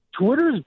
Twitter's